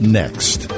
next